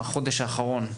האחרון.